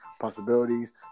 possibilities